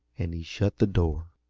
and he shut the door.